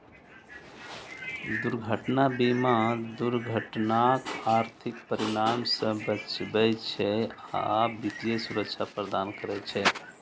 दुर्घटना बीमा दुर्घटनाक आर्थिक परिणाम सं बचबै छै आ वित्तीय सुरक्षा प्रदान करै छै